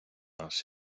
нас